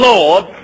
Lord